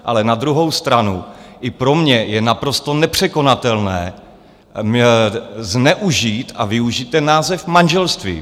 Ale na druhou stranu i pro mě je naprosto nepřekonatelné zneužít a využít ten název manželství.